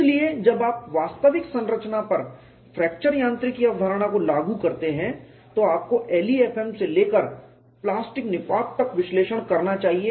इसलिए जब आप वास्तविक संरचना पर फ्रैक्चर यांत्रिकी अवधारणा को लागू करते हैं तो आपको LEFM से लेकर प्लास्टिक निपात तक विश्लेषण करना चाहिए